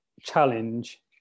challenge